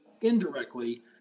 indirectly